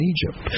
Egypt